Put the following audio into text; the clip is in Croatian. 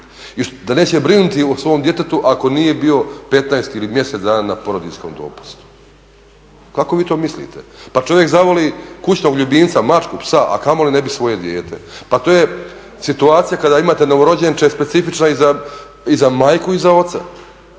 da neće brinuti o svom djetetu ako nije bio 15 ili mjesec dana na porodiljskom dopustu? Kako vi to mislite? Pa čovjek zavoli kućnog ljubimca mačku, psa a kamoli ne bi svoje dijete. Pa to je situacija kada imate novorođenče, specifična i za majku i za oca.